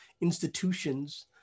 Institutions